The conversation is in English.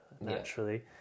naturally